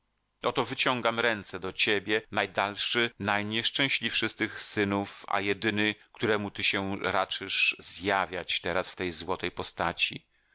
miłości oto wyciągam ręce do ciebie najdalszy najnieszczęśliwszy z tych synów a jedyny któremu ty się raczysz zjawiać teraz w tej złotej postaci